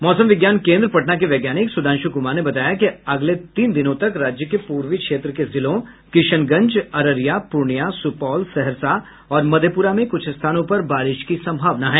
मौसम विज्ञान केन्द्र पटना के वैज्ञानिक सुधांश् कुमार ने बताया कि अगले तीन दिनों तक राज्य के पूर्वी क्षेत्र के जिलों किशनगंज अररिया पूर्णियां सुपौल सहरसा और मधेपुरा में कुछ स्थानों पर बारिश की सम्भावना है